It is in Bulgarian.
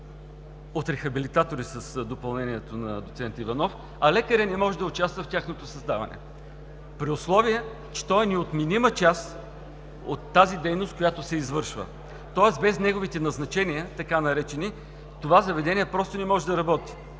от рехабилитатори – с допълнението на доцент Иванов, а лекарят не може да участва в тяхното създаване, при условие че той е неотменима част от тази дейност, която се извършва. Тоест без неговите така наречени назначения, това заведение просто не може да работи,